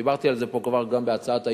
דיברתי על זה פה כבר גם בהצעת האי-אמון.